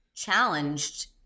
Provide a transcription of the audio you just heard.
challenged